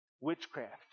Witchcraft